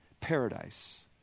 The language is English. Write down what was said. Paradise